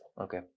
okay